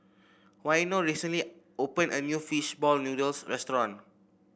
Waino recently opened a new fish ball noodles restaurant